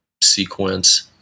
sequence